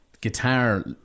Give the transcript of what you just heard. guitar